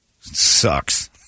sucks